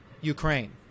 Ukraine